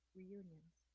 reunions